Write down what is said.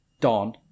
don